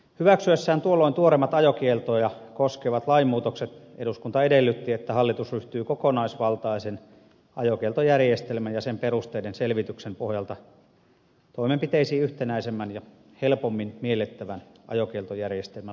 hyväksyessään tuolloin tuoreimmat ajokieltoja koskevat lainmuutokset eduskunta edellytti että hallitus ryhtyy kokonaisvaltaisen ajokieltojärjestelmän ja sen perusteiden selvityksen pohjalta toimenpiteisiin yhtenäisemmän ja helpommin miellettävän ajokieltojärjestelmän luomiseksi